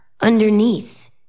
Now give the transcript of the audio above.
underneath